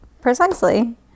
precisely